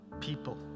people